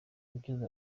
gukiza